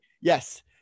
Yes